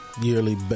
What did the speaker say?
yearly